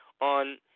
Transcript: on